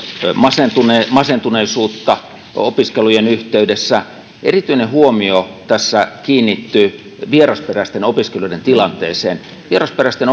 masentuneisuutta masentuneisuutta opiskelujen yhteydessä erityinen huomio tässä kiinnittyy vierasperäisten opiskelijoiden tilanteeseen vierasperäisten